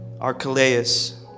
Archelaus